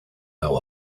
now